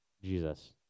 Jesus